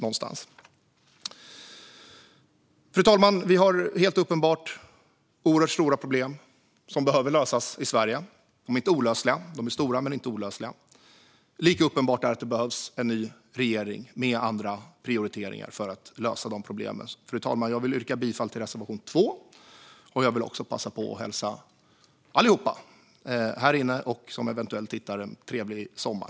Fru talman! Det finns helt uppenbart oerhört stora problem som behöver lösas i Sverige. De är stora men inte olösliga. Lika uppenbart är att det behövs en ny regering med andra prioriteringar för att lösa problemen. Fru talman! Jag yrkar bifall till reservation 2. Jag vill också passa på att önska alla här inne i kammaren och eventuella tittare en trevlig sommar.